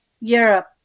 Europe